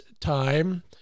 time